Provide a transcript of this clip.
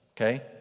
Okay